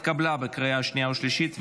התקבלה בקריאה שנייה ושלישית,